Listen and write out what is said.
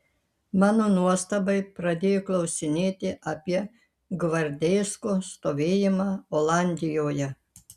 mano nuostabai pradėjo klausinėti apie gvardeisko stovėjimą olandijoje